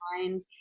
mind